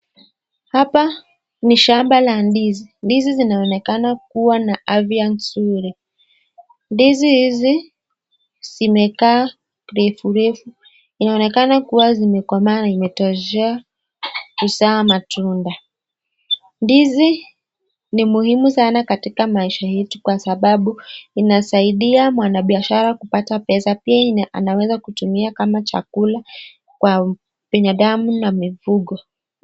Hapa ni shamba la ndizi. Ndizi zinaonekana kuwa na afya nzuri. Ndizi hizi zimekaa refurefu inaonekana kuwa imekomaa imetoshea kuzaa matunda. Ndizi ni muhimu sana katika maisha yetu kwa sababu inasaidia mwanabiashara kupata pesa pia anaweza kutumia kama chakula kwa binadamu na mifugo.